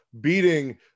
beating –